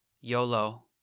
YOLO